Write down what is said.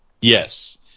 Yes